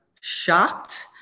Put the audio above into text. shocked